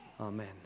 Amen